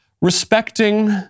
respecting